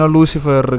Lucifer